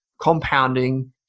compounding